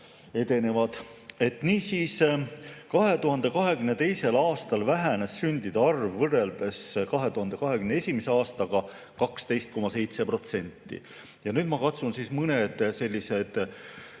edenevad. Niisiis, 2022. aastal vähenes sündide arv võrreldes 2021. aastaga 12,7%. Ja nüüd ma katsun mõned esitatud